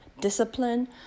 discipline